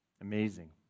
Amazing